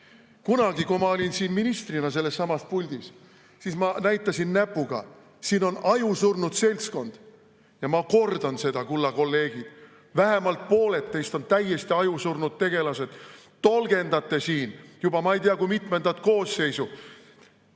ole. Kunagi, kui ma olin siin ministrina sellessamas puldis, siis ma näitasin näpuga: siin on ajusurnud seltskond. Ja ma kordan seda, kulla kolleegid: vähemalt pooled teist on täiesti ajusurnud tegelased. Tolgendate siin ei tea kui mitmendat koosseisu,